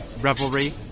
revelry